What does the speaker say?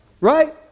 Right